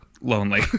lonely